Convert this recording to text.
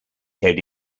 head